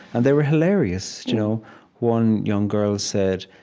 and they were hilarious. you know one young girl said,